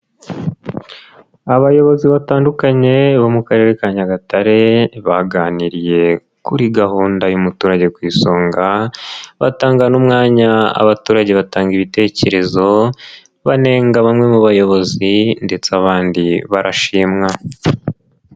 Abayobozi batandukanye bo mu karere ka Nyagatare baganiriye kuri gahunda y'umuturage ku isonga batanga n'umwanya abaturage batanga ibitekerezo banenga bamwe mu bayobozi ndetse abandi barashimwa.